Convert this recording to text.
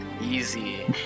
Easy